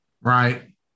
Right